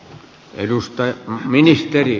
arvoisa herra puhemies